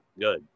good